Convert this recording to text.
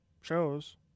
shows